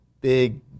big